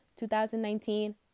2019